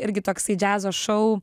irgi toksai džiazo šou